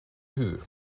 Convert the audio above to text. huur